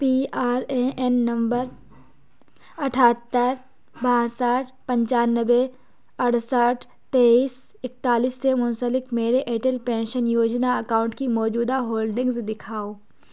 P R A N number اٹھہتر باسٹھ پچانوے اڑسٹھ تیئس اکتالیس سے منسلک میرے اٹل پینشن یوجنا اکاؤنٹ کی موجودہ ہولڈنگز دکھاؤ